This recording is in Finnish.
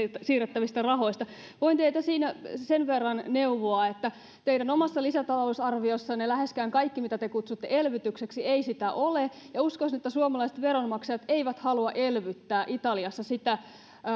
siirrettävistä rahoista voin teitä siinä sen verran neuvoa että teidän omassa lisätalousarviossanne läheskään kaikki mitä te kutsutte elvytykseksi ei sitä ole ja uskoisin että suomalaiset veronmaksajat eivät halua elvyttää italiassa sitä